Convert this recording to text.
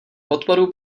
podporu